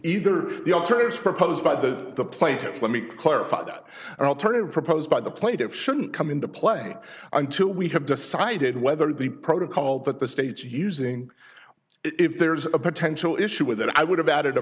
either the alternatives proposed by the the plaintiff let me clarify that alternative proposed by the plaintive shouldn't come into play until we have decided whether the protocol that the states using if there is a potential issue with it i would have added a